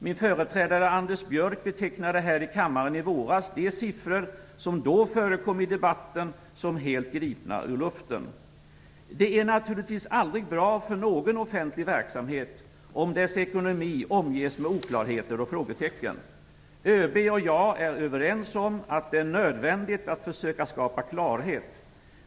Min företrädare Anders Björck betecknade här i kammaren i våras de siffror som då förekom i debatten som helt gripna ur luften. Det är naturligtvis aldrig bra för någon offentlig verksamhet om dess ekonomi omges med oklarheter och frågetecken. ÖB och jag är överens om att det är nödvändigt att försöka skapa klarhet.